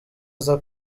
aza